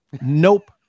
nope